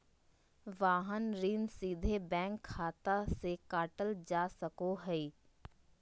वाहन ऋण सीधे बैंक खाता से काटल जा सको हय